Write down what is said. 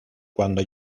cuando